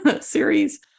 series